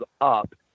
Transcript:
up